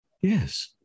Yes